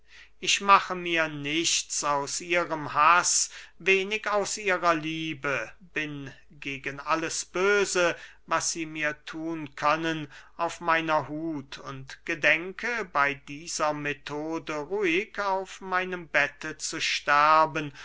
ich mache mir nichts aus ihrem haß wenig aus ihrer liebe bin gegen alles böse was sie mir thun können auf meiner hut und gedenke bey dieser methode ruhig auf meinem bette zu sterben